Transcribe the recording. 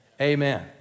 Amen